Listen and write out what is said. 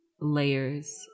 layers